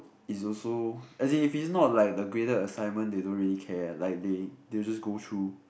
is also as if it's not like the greater assignment they don't really care like they they'll just go through